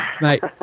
mate